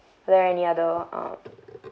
are there any other um